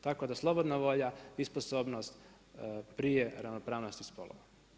Tako da slobodna volja i sposobnost prije ravnopravnosti spolova.